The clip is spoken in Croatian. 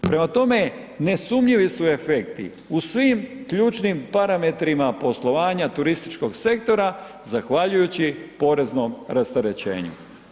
Prema tome, nesumnjivi su efekti u svim ključnim parametrima poslovanja turističkog sektora zahvaljujući poreznom rasterećenju.